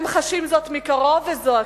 הם חשים זאת מקרוב וזועקים.